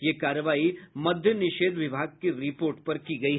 ये कार्रवाई मद्य निषेद विभाग की रिपोर्ट पर की गयी